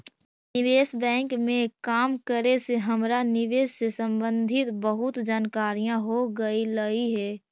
निवेश बैंक में काम करे से हमरा निवेश से संबंधित बहुत जानकारियाँ हो गईलई हे